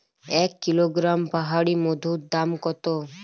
এক কিলোগ্রাম পাহাড়ী মধুর দাম কত?